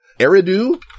Eridu